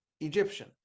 Egyptian